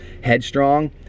headstrong